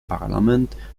parlament